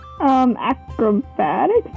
acrobatics